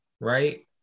Right